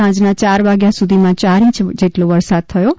સાંજના ચાર વાગ્યા સુધીમાં ચાર ઇંચ જેટલો વરસાદ થયો હતો